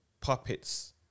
puppets